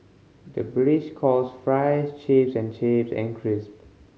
the British calls fries chips and chips and crisp